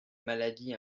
maladies